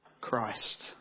Christ